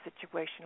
situation